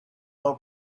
our